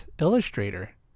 illustrator